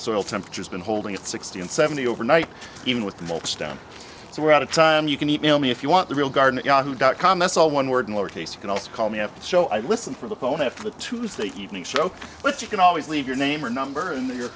soil temperatures been holding at sixty and seventy overnight even with the most down so we're out of time you can email me if you want the real garden at yahoo dot com that's all one word in lower case you can also call me up the show i listen for the phone after the tuesday evening show but you can always leave your name or number and your